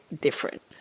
different